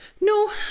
no